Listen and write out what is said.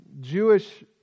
Jewish